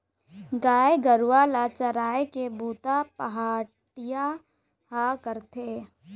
गाय गरूवा ल चराए के बूता पहाटिया ह करथे